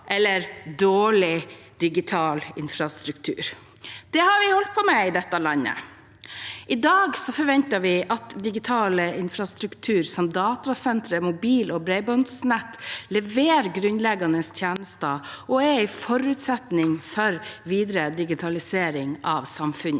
eller dårlig digital infrastruktur. Det har vi holdt på med i dette landet. I dag forventer vi at digital infrastruktur som datasentre og mobil- og bredbåndsnett leverer grunnleggende tjenester, og det er en forutsetning for videre digitalisering av samfunnet.